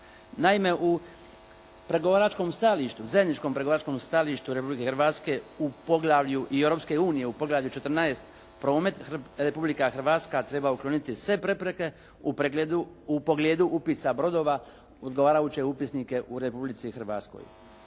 zajedničkom pregovaračkom stajalištu Republike Hrvatske i Europske unije u poglavlju 14. – Promet, Republika Hrvatska treba ukloniti sve prepreke u pogledu upisa brodova odgovarajuće upisnike u Republici Hrvatskoj.